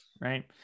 Right